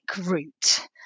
route